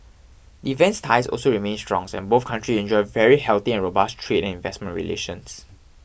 defence ties also remain strong and both country enjoy very healthy and robust trade and investment relations